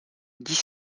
dix